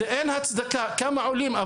אין הצדקה, גם העולים.